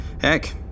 Heck